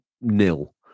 nil